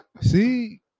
See